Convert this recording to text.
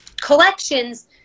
collections